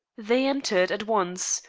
they entered at once,